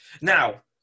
Now